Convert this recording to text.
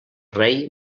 rei